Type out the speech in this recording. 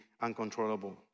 uncontrollable